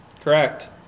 Correct